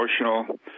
emotional